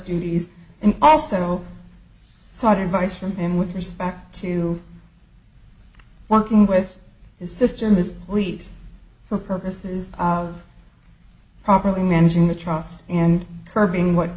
duties and also sought advice from him with respect to walking with his sister in this wheat for purposes of properly managing the trust and curbing what